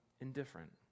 indifferent